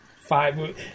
five